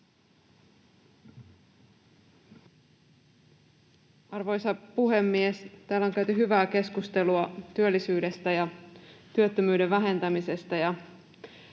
Arvoisa puhemies! Täällä on käyty hyvää keskustelua työllisyydestä ja työttömyyden vähentämisestä.